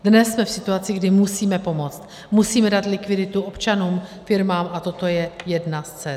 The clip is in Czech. Dnes jsme v situaci, kdy musíme pomoct, musíme dát likviditu občanům, firmám, a toto je jedna z cest.